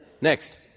Next